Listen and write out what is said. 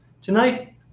Tonight